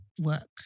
work